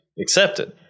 accepted